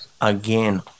Again